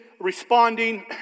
responding